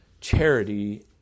Charity